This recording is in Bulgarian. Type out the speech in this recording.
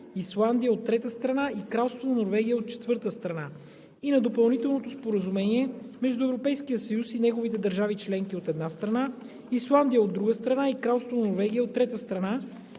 Исландия, от трета страна, и Кралство Норвегия, от четвърта страна, и на Допълнителното споразумение между Европейския съюз и неговите държави членки, от една страна, Исландия, от друга страна, и Кралство Норвегия, от трета страна,